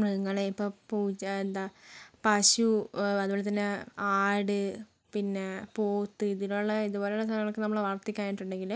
മൃഗങ്ങളെ ഇപ്പോൾ പൂച്ച എന്താ പശു അതുപോലെത്തന്നെ ആട് പിന്നെ പോത്ത് ഇതിനുള്ള ഇതുപോലുള്ള സാധനങ്ങളെയൊക്കെ നമ്മൾ വളർത്തി കഴിഞ്ഞിട്ടുണ്ടെങ്കിൽ